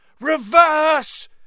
Reverse